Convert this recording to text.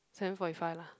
seven forty five lah